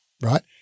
right